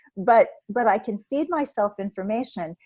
but but i can feed myself information,